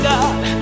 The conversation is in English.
God